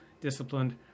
disciplined